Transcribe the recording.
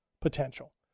potential